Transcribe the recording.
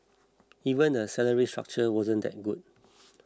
even the salary structure wasn't that good